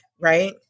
right